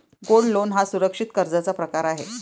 gold loan हा सुरक्षित कर्जाचा प्रकार आहे